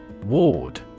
Ward